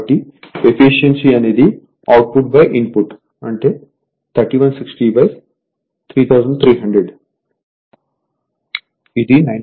కాబట్టి ఎఫిషియన్సీ అనేది output input అంటే 31603300 ఇది 95